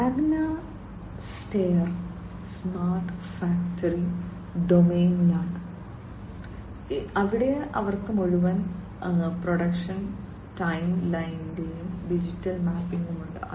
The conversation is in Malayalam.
മാഗ്ന സ്റ്റെയർ സ്മാർട്ട് ഫാക്ടറി ഡൊമെയ്നിലാണ് അവിടെ അവർക്ക് മുഴുവൻ പ്രൊഡക്ഷൻ ടൈംലൈനിന്റെയും ഡിജിറ്റൽ മാപ്പിംഗ് ഉണ്ട്